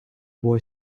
boy